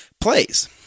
plays